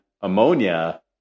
ammonia